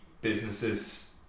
businesses